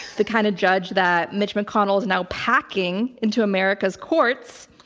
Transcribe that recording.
the kind of judge that mitch mcconnell is now packing into america's courts,